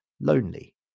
lonely